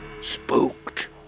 Spooked